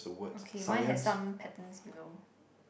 okay mine has some patterns below